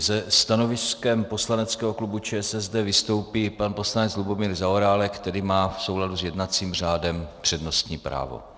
Se stanoviskem poslaneckého klubu ČSSD vystoupí pan poslanec Lubomír Zaorálek, který má v souladu s jednacím řádem přednostní právo.